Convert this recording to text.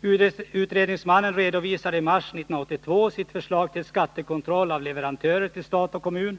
”Utredningsmannen redovisade i mars 1982 sitt förslag till skattekontroll av leverantörer till stat och kommun .